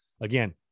Again